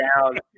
down